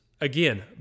Again